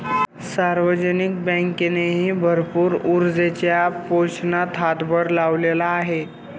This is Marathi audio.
सार्वजनिक बँकेनेही भरपूर ऊर्जेच्या पोषणात हातभार लावलेला आहे